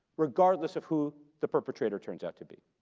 regardless of who the perpetrator turns out to be,